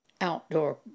outdoor